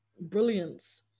brilliance